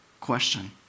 question